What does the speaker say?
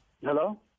Hello